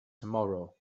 tomorrow